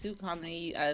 comedy